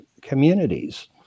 communities